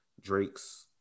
Drake's